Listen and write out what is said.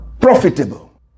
Profitable